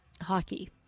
Hockey